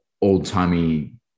old-timey